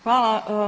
Hvala.